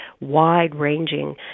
wide-ranging